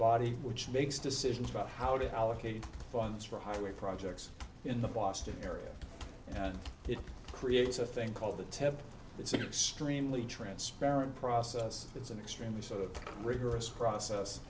body which makes decisions about how to allocate funds for highway projects in the boston area and it creates a thing called the temple it's extremely transparent process it's an extremely sort of rigorous process